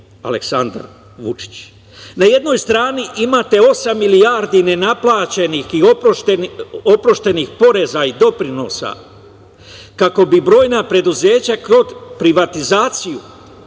Aleksandar Vučić. Na jednoj strani imate osam milijardi nenaplaćenih i oproštenih poreza i doprinosa kako bi brojna preduzeća kroz privatizaciju